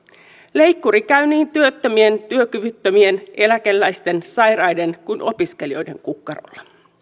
leikkuri käy niin työttömien työkyvyttömien eläkeläisten sairaiden kuin opiskelijoiden kukkarolla